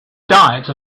diet